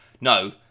no